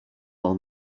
all